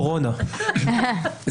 חושבת שזה